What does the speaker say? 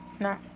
No